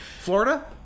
Florida